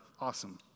awesome